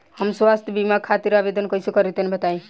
हम स्वास्थ्य बीमा खातिर आवेदन कइसे करि तनि बताई?